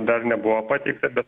dar nebuvo pateikta bet